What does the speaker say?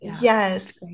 yes